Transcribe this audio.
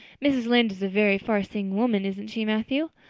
mrs. lynde is a very farseeing woman, isn't she, matthew?